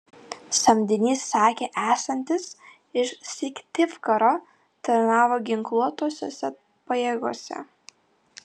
samdinys sakė esantis iš syktyvkaro tarnavo ginkluotosiose pajėgose